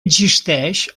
existeix